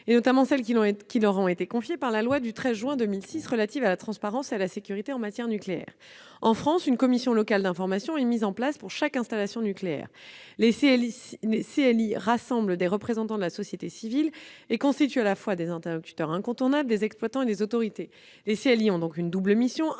les missions qui leur ont été confiées par la loi du 13 juin 2006 relative à la transparence et à la sécurité en matière nucléaire. En France, une commission locale d'information est mise en place pour chaque installation nucléaire. Les CLI rassemblent des représentants de la société civile et constituent à la fois des interlocuteurs incontournables des exploitants et des autorités. Elles ont donc une double mission